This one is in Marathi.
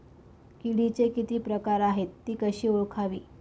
किडीचे किती प्रकार आहेत? ति कशी ओळखावी?